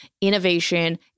innovation